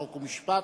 חוק ומשפט,